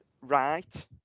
right